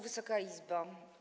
Wysoka Izbo!